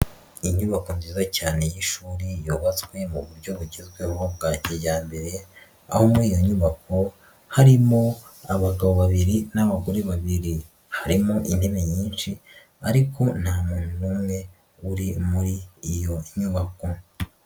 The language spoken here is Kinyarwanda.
Inyubako nziza cyane y'ishuri yubatswe mu buryo bugezweho bwa kiyambere aho muri iyo nyubako harimo abagabo babiri n'abagore babiri, harimo intebe nyinshi ariko nta muntu numwe uri muri iyo nyubako.